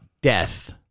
death